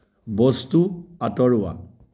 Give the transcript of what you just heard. বস্তু আঁতৰোৱা